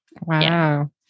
Wow